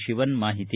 ಶಿವನ್ ಮಾಹಿತಿ